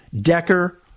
Decker